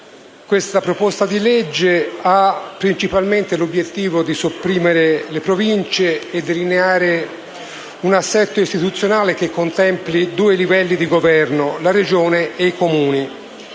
questa proposta di legge ha principalmente l'obiettivo di sopprimere le Province e delineare un assetto istituzionale che contempli due livelli di Governo: la Regione e i Comuni.